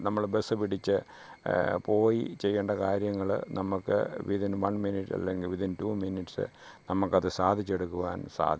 നമ്മൾ ബസ്സ് പിടിച്ച് പോയി ചെയ്യേണ്ട കാര്യങ്ങൾ നമ്മൾക്ക് വിദിൻ വൺ മിനിട്ട് അല്ലെങ്കിൽ വിദിൻ ടു മിനിട്ട്സ് നമ്മൾക്കത് സാധിച്ചെടുക്കുവാൻ സാധിക്കും